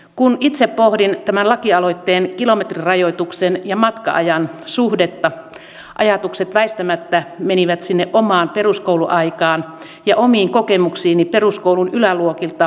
kun itse pohdin tämän lakialoitteen kilometrirajoituksen ja matka ajan suhdetta ajatukset väistämättä menivät sinne omaan peruskouluaikaan ja omiin kokemuksiini peruskoulun yläluokilta koulumajoituksesta